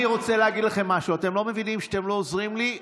אני רוצה להגיד לכם משהו: אתם לא מבינים שאתם לא עוזרים לי?